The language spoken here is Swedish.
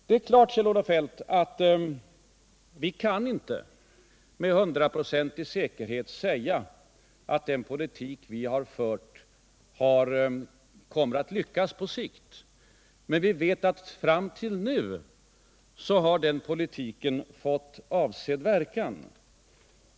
Sedan är det klart, Kjell-Olof Feldt, att vi inte med 100-procentig säkerhet kan säga att den politik som vi fört kommer att lyckas på sikt, men vi vet att den fram till nu har fått avsedd verkan.